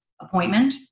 appointment